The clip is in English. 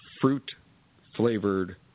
fruit-flavored